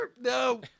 No